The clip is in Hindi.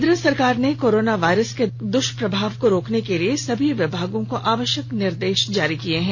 केन्द्र सरकार ने कोरोना वायरस के दुष्प्रभाव को रोकने के लिए सभी विभागों को आवश्यक निर्देश जारी किये हैं